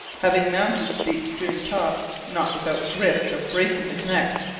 having mounted to the extreme top, not without risk of breaking his neck,